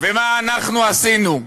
ומה אנחנו עשינו?